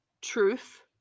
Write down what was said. truth